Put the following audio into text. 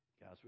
Guys